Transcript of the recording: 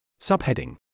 subheading